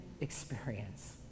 experience